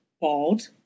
bald